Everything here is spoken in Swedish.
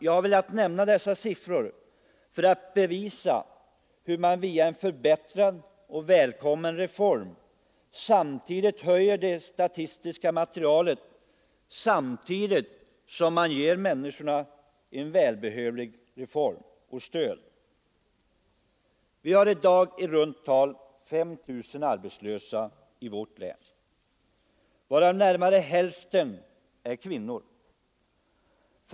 Jag har velat nämna dessa siffror för att belysa hur man genom en välkommen reform påverkar det statistiska materialet samtidigt som man ger människorna en behövlig förbättring. Vi har i dag i runt tal 5 000 arbetslösa i vårt län, varav närmare hälften är kvinnor.